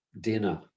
dinner